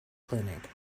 clinic